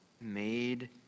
made